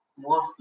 more